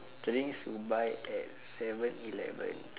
drinks to buy at seven eleven